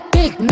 Big